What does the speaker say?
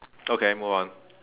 okay move on